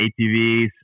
ATVs